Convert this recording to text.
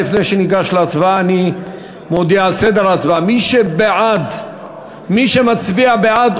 לפני שניגש להצבעה אני מודיע על סדר ההצבעה: מי שמצביע בעד,